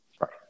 right